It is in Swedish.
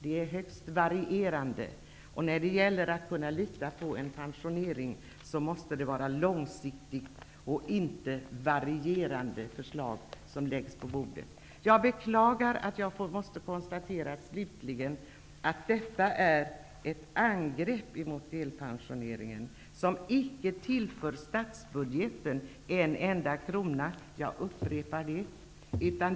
Det är högst varierande. När det gäller att kunna lita på en pensionering måste det vara långsiktiga och inte varierande förslag som läggs på bordet. Jag beklagar att jag slutligen måste konstatera att detta är ett angrepp mot delpensioneringen som icke tillför statsbudgeten en enda krona. Jag upprepar det.